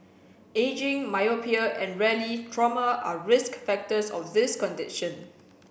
ageing myopia and rarely trauma are risk factors of this condition